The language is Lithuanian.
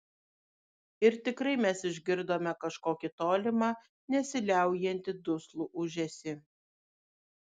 ir tikrai mes išgirdome kažkokį tolimą nesiliaujantį duslų ūžesį